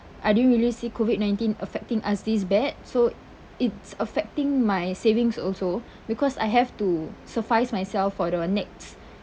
I didn't really see COVID nineteen affecting us this bad so it's affecting my savings also because I have to suffice myself for the next